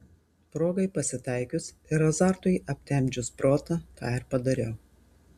progai pasitaikius ir azartui aptemdžius protą tą ir padariau